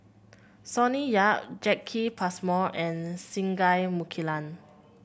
Sonny Yap Jacki Passmore and Singai Mukilan